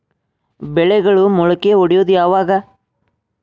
ಬೆಳೆಗಳು ಮೊಳಕೆ ಒಡಿಯೋದ್ ಯಾವಾಗ್?